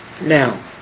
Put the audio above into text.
Now